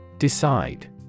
Decide